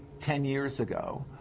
ten years ago.